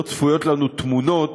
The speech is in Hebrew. תמונות,